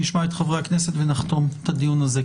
נשמע את חברי הכנסת ונחתום את הדיון הזה.